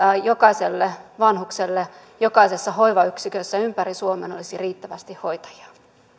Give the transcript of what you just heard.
jokaiselle vanhukselle jokaisessa hoivayksikössä ympäri suomen olisi riittävästi hoitajia